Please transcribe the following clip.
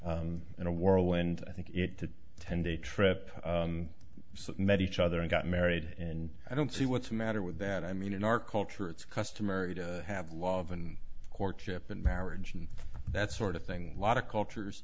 then in a whirlwind i think it to ten day trip met each other and got married and i don't see what's the matter with that i mean in our culture it's customary to have love and courtship and marriage and that sort of thing a lot of cultures